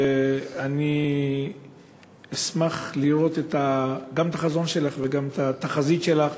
ואני אשמח לראות גם את החזון שלך וגם את התחזית שלך